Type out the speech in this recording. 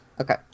Okay